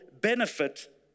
benefit